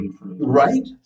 right